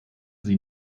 sie